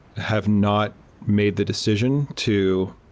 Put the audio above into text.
have not made the decision to